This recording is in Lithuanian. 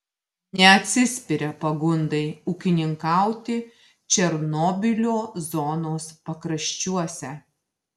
neatsispiria pagundai ūkininkauti černobylio zonos pakraščiuose